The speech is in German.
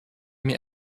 mir